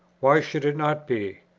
why should it not be?